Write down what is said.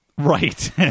Right